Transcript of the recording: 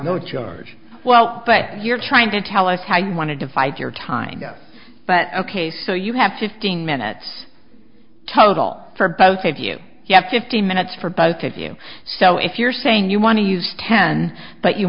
no charge well but you're trying to tell us how you want to divide your time but ok so you have to fifteen minutes total for both of you you have to fifteen minutes for both of you so if you're saying you want to use ten but you